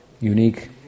unique